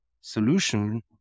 solution